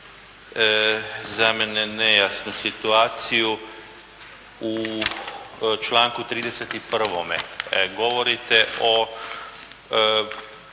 za mene nejasnu situaciju. U članku 31. govorite o